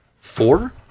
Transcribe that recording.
four